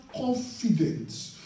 confidence